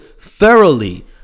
thoroughly